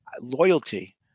loyalty